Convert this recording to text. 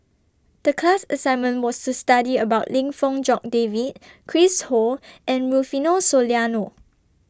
The class assignment was to study about Lim Fong Jock David Chris Ho and Rufino Soliano